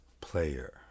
player